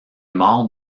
morts